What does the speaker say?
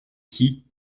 qui